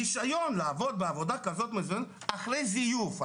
רישיון לעבוד בעבודה כזאת אחרי זיוף.